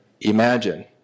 imagine